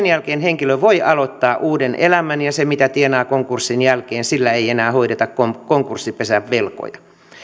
jälkeen henkilö voi aloittaa uuden elämän ja sillä mitä tienaa konkurssin jälkeen ei enää hoideta konkurssipesän velkoja